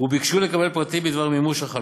וביקשו לקבל פרטים בדבר מימושה.